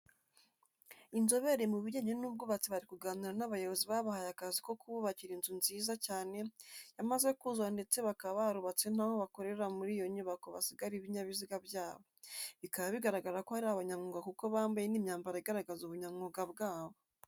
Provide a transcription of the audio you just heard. Inzobere mu bijyanye n'ubwubatsi bari kuganira n'abayobozi babahaye akazi ko kububakira inzu nziza cyane yamaze kuzura ndetse bakaba barubatse n'aho abakorera muri iyo nyubako basiga ibinyabiziga byabo, bikaba bigaragara ko ari abanyamwuga kuko bambaye n'imyambaro igaragaza ubunyamwuga bwabo.